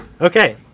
Okay